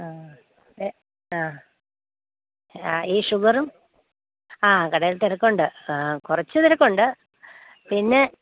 ആ ഏ ആ ആ ഈ ഷുഗറും ആ കടയിൽ തിരക്കുണ്ട് കുറച്ച് തിരക്കുണ്ട് പിന്നെ